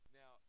now